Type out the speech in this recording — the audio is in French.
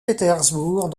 pétersbourg